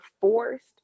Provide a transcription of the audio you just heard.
forced